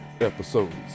episodes